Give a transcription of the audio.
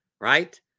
Right